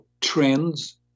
trends